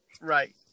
Right